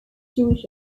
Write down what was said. jewish